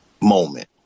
moment